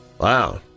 Wow